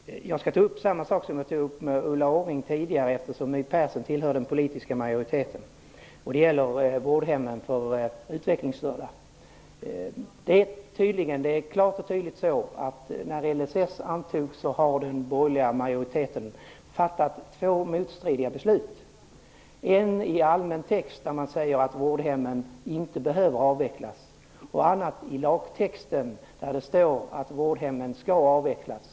Herr talman! Jag skall ta upp samma sak som jag tog upp med Ulla Orring tidigare, eftersom My Persson tillhör den politiska majoriteten. Det gäller vårdhemmen för utvecklingsstörda. Det är klart och tydligt att den borgerliga majoriteten, när LSS antogs, fattade två motstridiga beslut. Ett finns i allmän text, där man säger att vårdhemmen inte behöver avvecklas, och ett annat finns i lagtexten, där det står att vårdhemmen skall avvecklas.